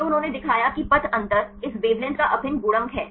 तो उन्होंने दिखाया कि पथ अंतर इस वेवलेंथ का अभिन्न गुणक है